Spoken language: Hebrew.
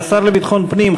השר לביטחון פנים,